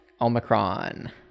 Omicron